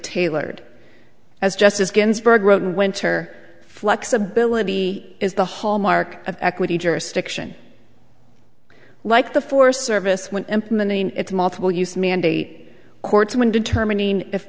tailored as justice ginsburg wrote in winter flexibility is the hallmark of equity jurisdiction like the forest service when implementing its multiple use mandate courts when determining if